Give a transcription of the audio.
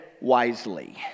wisely